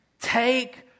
Take